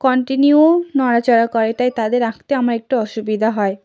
continue নড়া চড়া করে তাই তাদের আঁকতে আমার একটু অসুবিধা হয়